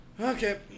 Okay